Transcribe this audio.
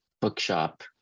bookshop